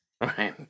Right